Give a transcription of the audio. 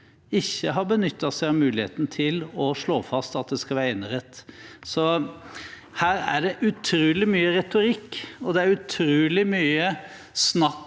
ikke har benyttet seg av muligheten til å slå fast at det skal være enerett. Her er det utrolig mye retorikk, og det er utrolig mye snakk